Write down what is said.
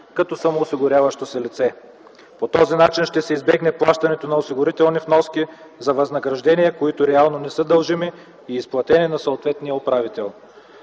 като самоосигуряващо се лице. По този начин ще се избегне плащането на осигурителни вноски за възнаграждения, които реално не са дължими и изплатени на съответния управител.